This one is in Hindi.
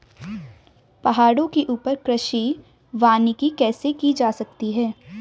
पहाड़ों के ऊपर कृषि वानिकी कैसे की जा सकती है